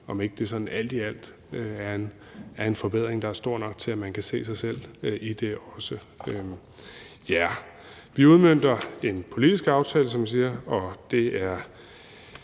om ikke det sådan alt i alt er en forbedring, der er stor nok til, at man kan se sig selv i det også. Vi udmønter en politisk aftale, som man siger, og det er